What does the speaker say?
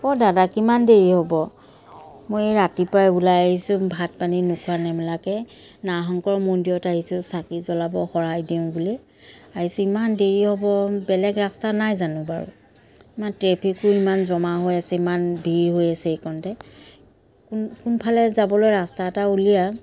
অঁ দাদা কিমান দেৰি হ'ব মই ৰাতিপুৱাই ওলাই আহিছোঁ ভাত পানী নোখোৱা নেমেলাকৈ নাগ শংকৰ মন্দিৰত আহিছোঁ চাকি জ্বলাব শৰাই দিওঁ বুলি যিমান দেৰি হ'ব বেলেগ ৰাস্তা নাই জানো বাৰু ইমান ট্ৰেফিকো ইমান জমা হৈ আছে ইমান ভীৰ হৈ আছিল সেইকণতে কোন কোনফালে যাবলৈ ৰাস্তা এটা উলিওৱা